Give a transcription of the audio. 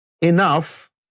enough